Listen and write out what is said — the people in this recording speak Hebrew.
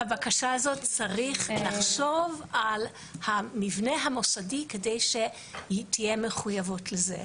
הבקשה הזאת צריכה לחשוב על המבנה המוסדי כדי שתהיה מחויבות לזה.